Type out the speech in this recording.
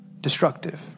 destructive